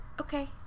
Okay